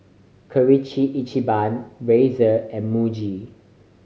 Kirin Ichiban Razer and Muji